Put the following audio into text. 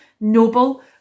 noble